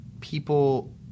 people